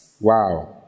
Wow